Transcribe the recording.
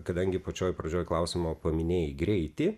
kadangi pačioj pradžioj klausimo paminėjai greitį